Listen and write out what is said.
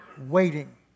waiting